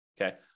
okay